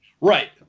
right